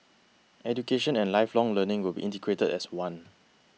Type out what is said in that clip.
education and lifelong learning will be integrated as one